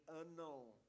unknown